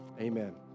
Amen